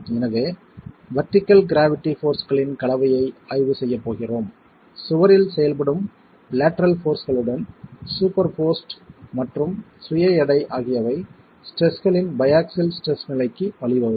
எனவே vertical gravity போர்ஸ்களின் கலவையை ஆய்வு செய்யப் போகிறோம் சுவரில் செயல்படும் லேட்டரல் போர்ஸ்களுடன் சூப்பர்போஸ்ட் மற்றும் சுய எடை ஆகியவை ஸ்ட்ரெஸ்களின் பையாக்ஸில் ஸ்ட்ரெஸ் நிலைக்கு வழிவகுக்கும்